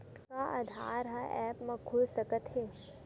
का आधार ह ऐप म खुल सकत हे?